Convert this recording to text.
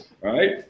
Right